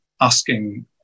asking